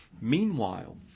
Meanwhile